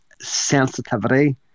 sensitivity